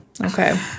Okay